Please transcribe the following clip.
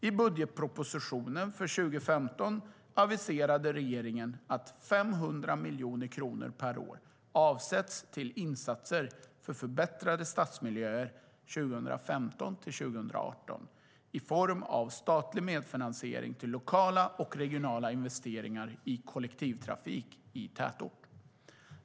I budgetpropositionen för 2015 aviserade regeringen att 500 miljoner kronor per år avsätts till insatser för förbättrade stadsmiljöer 2015-2018 i form av statlig medfinansiering till lokala och regionala investeringar i kollektivtrafik i tätort.